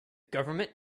government